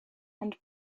and